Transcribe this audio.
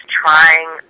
trying